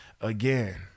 Again